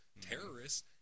terrorists